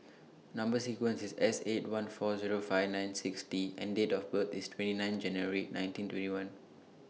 Number sequence IS S eight one four Zero five nine six T and Date of birth IS twenty nine January nineteen twenty one